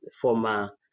former